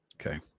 Okay